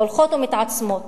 והולכות ומתעצמות,